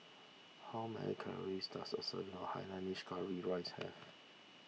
how many calories does a serving of Hainanese Curry Rice have